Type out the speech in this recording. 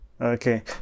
Okay